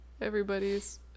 everybody's